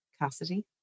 Cassidy